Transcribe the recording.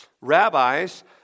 rabbis